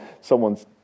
Someone's